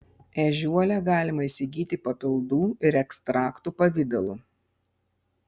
ežiuolę galima įsigyti papildų ir ekstraktų pavidalu